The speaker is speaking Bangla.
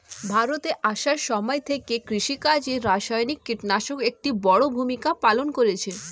ভারতে আসার সময় থেকে কৃষিকাজে রাসায়নিক কিটনাশক একটি বড়ো ভূমিকা পালন করেছে